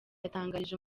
yatangarije